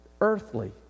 earthly